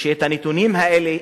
שהנתונים האלה,